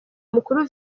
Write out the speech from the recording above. mukuru